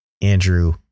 Andrew